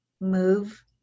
move